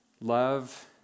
Love